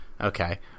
Okay